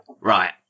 Right